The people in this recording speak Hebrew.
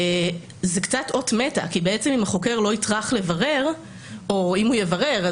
זאת קצת אות מתה כי בעצם אם החוקר לא יטרח לברר או אם הוא יברר,